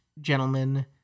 gentlemen